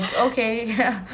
okay